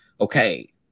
okay